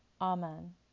Amen